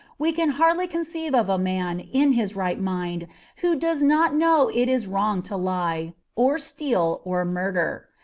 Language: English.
we can hardly conceive of a man in his right mind who does not know it is wrong to lie, or steal, or murder.